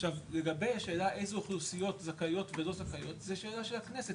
עכשיו לגבי השאלה איזה אוכלוסיות זכאיות ולא זכאיות זה שאלה של הכנסת,